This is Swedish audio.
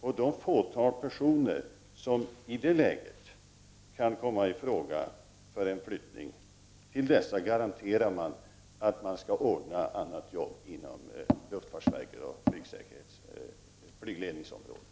För det fåtal personer som i det läget kan komma i fråga för en flyttning garanterar man andra arbeten inom luftfartsverket och flygledningsområdet.